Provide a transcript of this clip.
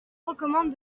recommande